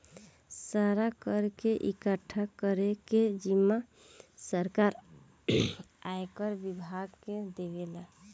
सारा कर के इकठ्ठा करे के जिम्मा सरकार आयकर विभाग के देवेला